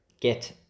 get